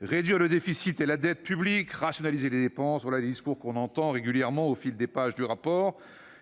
« Réduire le déficit et la dette publique, rationaliser les dépenses »... Voilà des propos que l'on retrouve régulièrement au fil des pages du rapport,